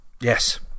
Yes